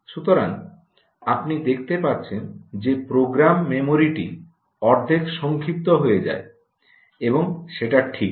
সুতরাং আপনি দেখতে পাচ্ছেন যে প্রোগ্রাম মেমরিটি অর্ধেক সংক্ষিপ্ত হয়ে যায় এবং সেটা ঠিক